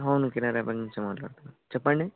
అవును కెనరా బ్యాంక్ నుంచి మాట్లాడుతున్నాం చెప్పండి